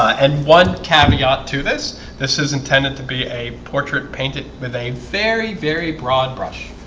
and one caveat to this this is intended to be a portrait painted with a very very broad brush